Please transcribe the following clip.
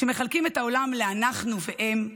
כשמחלקים את העולם לאנחנו והם,